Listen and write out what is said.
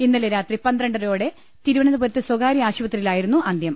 ഇന്നലെ രാത്രി പന്ത്രണ്ടരയോടെ തിരുവനന്തപുരത്ത് സ്ഥകാര്യ ആശുപത്രിയിലായിരുന്നു അന്ത്യം